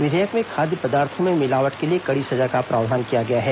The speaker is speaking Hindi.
विधेयक में खाद्य पदार्थों में मिलावट के लिए कड़ी सजा का प्रावधान किया गया है